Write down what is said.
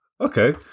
okay